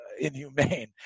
inhumane